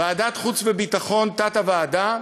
ועדת חוץ וביטחון, תת-הוועדה,